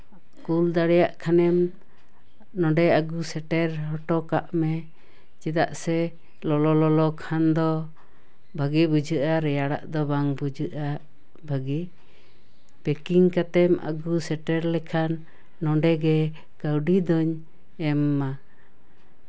ᱠᱳᱞ ᱫᱟᱲᱮᱭᱟᱜ ᱠᱷᱟᱱᱮᱢ ᱱᱚᱸᱰᱮ ᱟᱹᱜᱩ ᱥᱮᱴᱮᱨ ᱦᱚᱴᱚ ᱠᱟᱜ ᱢᱮ ᱪᱮᱫᱟᱜ ᱥᱮ ᱞᱚᱞᱚ ᱠᱷᱟᱱ ᱫᱚ ᱵᱷᱟᱹᱜᱮ ᱵᱩᱡᱷᱟᱹᱜᱼᱟ ᱨᱮᱭᱟᱲᱟᱜ ᱫᱚ ᱵᱟᱝ ᱵᱩᱡᱷᱟᱹᱜᱼᱟ ᱵᱷᱟᱜᱮ ᱯᱮᱠᱤᱝ ᱠᱟᱛᱮᱢ ᱟᱹᱜᱩ ᱥᱮᱴᱮᱨ ᱞᱮᱠᱷᱟᱱ ᱱᱚᱸᱰᱮᱜᱮ ᱠᱟᱹᱣᱰᱤ ᱫᱚᱧ ᱮᱢᱟᱢᱟ